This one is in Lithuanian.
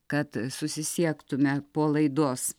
kad susisiektume po laidos